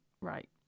right